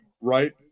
Right